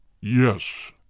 Yes